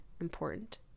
important